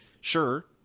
Sure